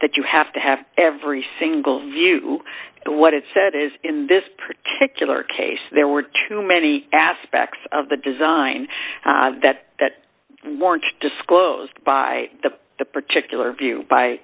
that you have to have every single view what it said is in this particular case there were too many aspects of the design that that weren't disclosed by the particular view by